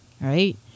right